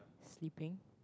sleeping